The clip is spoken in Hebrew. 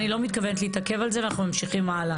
אני לא מתכוונת להתעכב על זה ואנחנו ממשיכים הלאה.